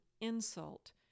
insult